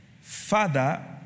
Father